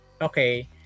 okay